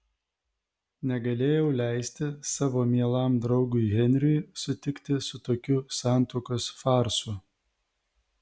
negalėjau leisti savo mielam draugui henriui sutikti su tokiu santuokos farsu